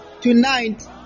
tonight